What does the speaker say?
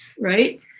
Right